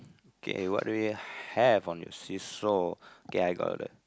okay what do we have on your see saw okay I got a